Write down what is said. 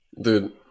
dude